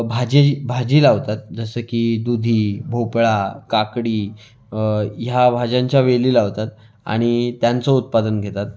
भाजी भाजी लावतात जसं की दुधी भोपळा काकडी ह्या भाज्यांच्या वेली लावतात आणि त्यांचं उत्पादन घेतात